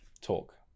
talk